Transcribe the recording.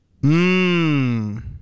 Mmm